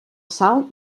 sal